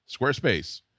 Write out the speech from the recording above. Squarespace